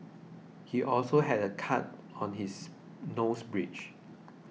he also had a cut on his nose bridge